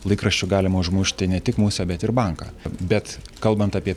laikraščiu galima užmušti ne tik musę bet ir banką bet kalbant apie